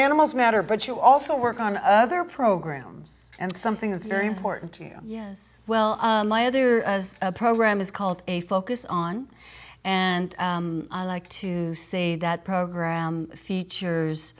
animals matter but you also work on other programs and something that's very important to you yes well my other program is called a focus on and like to see that program features